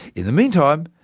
in the meantime,